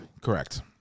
Correct